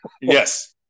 Yes